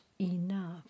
enough